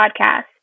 podcast